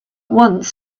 once